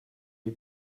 die